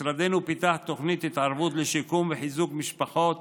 משרדנו פיתח תוכנית התערבות לשיקום וחיזוק של משפחות